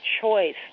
choice